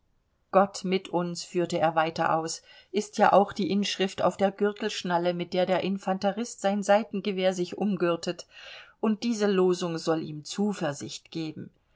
gott mit uns führte er weiter aus ist ja auch die inschrift auf der gürtelschnalle mit der der infanterist sein seitengewehr sich umgürtet und diese losung soll ihm zuversicht geben